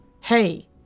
hey